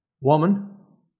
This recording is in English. woman